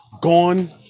gone